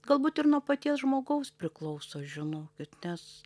galbūt ir nuo paties žmogaus priklauso žinokit nes